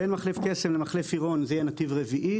בין מחלף קסם למחלף עירון יהיה נתיב רביעי.